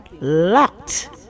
locked